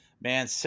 man